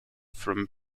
from